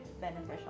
beneficial